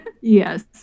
yes